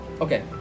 Okay